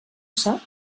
sap